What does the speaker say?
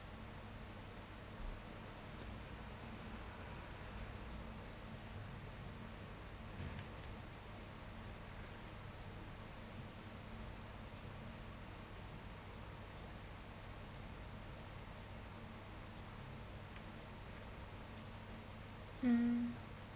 mm